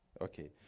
Okay